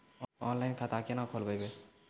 Online खाता केना खोलभैबै?